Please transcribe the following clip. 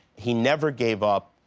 he never gave up.